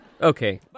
Okay